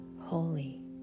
holy